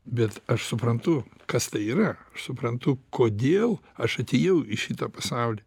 bet aš suprantu kas tai yra aš suprantu kodėl aš atėjau į šitą pasaulį